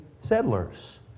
settlers